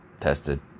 Tested